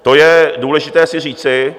To je důležité si říci.